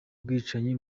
bwicanyi